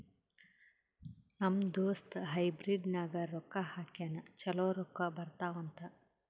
ನಮ್ ದೋಸ್ತ ಹೈಬ್ರಿಡ್ ನಾಗ್ ರೊಕ್ಕಾ ಹಾಕ್ಯಾನ್ ಛಲೋ ರೊಕ್ಕಾ ಬರ್ತಾವ್ ಅಂತ್